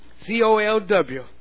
C-O-L-W